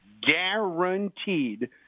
guaranteed